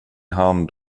hand